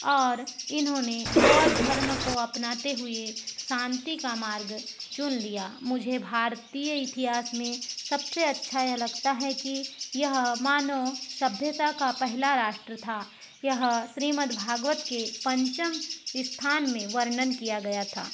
और इन्होंने बौद्ध धर्म को अपनाते हुए शांति का मार्ग चुन लिया मुझे भारतीय इतिहास में सबसे अच्छा यह लगता है कि यह मानव सभ्यता का पहला राष्ट्र था यह श्रीमतभागवत के पंचम स्थान में वर्णन किया गया था